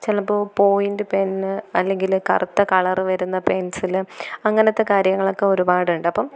ചിലപ്പോൾ point pen അല്ലെങ്കിൽ കറുത്ത കളറ് വരുന്ന പെൻസിലും അങ്ങനത്തെ കാര്യങ്ങളൊക്കെ ഒരുപാട് ഉണ്ട് അപ്പം